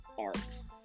Arts